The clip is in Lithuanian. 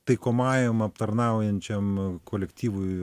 taikomajam aptarnaujančiam kolektyvui